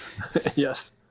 Yes